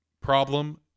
problem